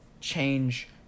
Change